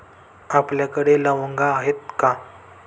आपल्याकडे लवंगा आहेत का?